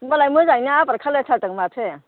होमब्लालाय मोजाङैनो आबाद खालाम थारदों माथो